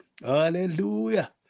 Hallelujah